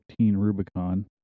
Rubicon